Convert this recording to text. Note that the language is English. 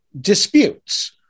disputes